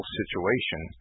situation